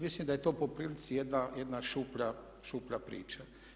Mislim da je to po prilici jedna šuplja priča.